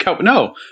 No